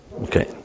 Okay